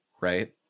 right